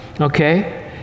Okay